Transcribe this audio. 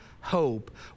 hope